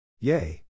Yay